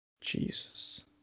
Jesus